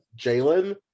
Jalen